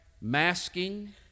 masking